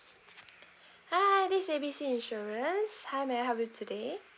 hi this A B C insurance how may I help you today